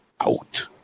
out